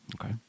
Okay